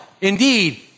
Indeed